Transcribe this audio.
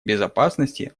безопасности